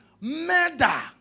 murder